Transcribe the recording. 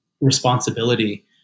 responsibility